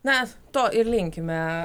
na to ir linkime